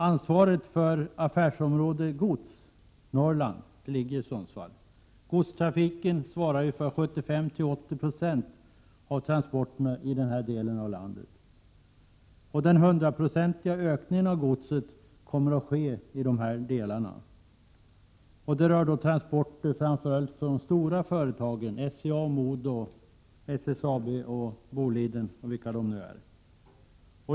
Ansvaret för affärsområdet Gods Norrland ligger i Sundsvall. Godstrafiken svarar för 75-80 96 av transporterna i denna del av landet. Den 100-procentiga ökningen av godset kommer att ske i dessa delar. Det rör transporter för framför allt de stora företagen, SCA, Modo, SSAB och Boliden m.fl.